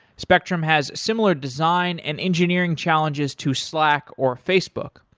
spectrum has similar design and engineering challenges to slack or facebook.